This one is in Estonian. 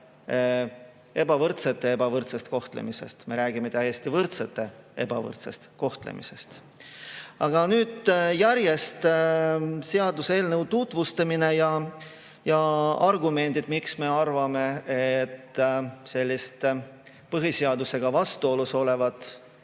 ebavõrdsete ebavõrdsest kohtlemisest, me räägime täiesti võrdsete ebavõrdsest kohtlemisest. Aga nüüd järjest seaduseelnõu tutvustamine ja argumendid, miks me arvame, et sellise põhiseadusega vastuolus oleva